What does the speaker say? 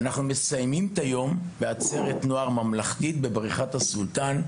ואת היום אנחנו מסיימים בעצרת נוער ממלכתית בבריכת הסולטן,